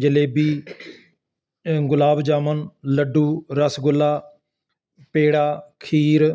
ਜਲੇਬੀ ਗੁਲਾਬ ਜਾਮੁਨ ਲੱਡੂ ਰਾਸਗੁੱਲਾ ਪੇੜਾ ਖੀਰ